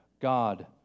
God